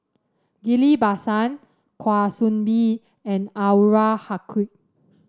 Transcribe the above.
Ghillie Basan Kwa Soon Bee and Anwarul Haque